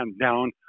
down